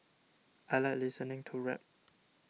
I like listening to rap